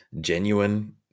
genuine